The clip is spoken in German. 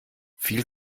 viel